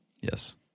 Yes